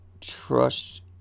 trust